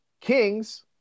kings